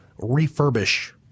refurbish